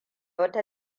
wata